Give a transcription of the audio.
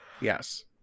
Yes